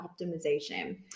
optimization